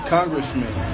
Congressman